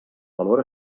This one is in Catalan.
valor